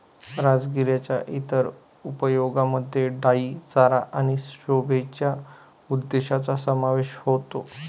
राजगिराच्या इतर उपयोगांमध्ये डाई चारा आणि शोभेच्या उद्देशांचा समावेश होतो